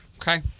Okay